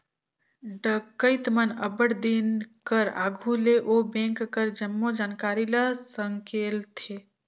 डकइत मन अब्बड़ दिन कर आघु ले ओ बेंक कर जम्मो जानकारी ल संकेलथें